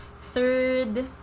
Third